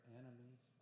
enemies